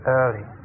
early